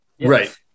Right